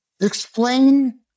Explain